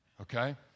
okay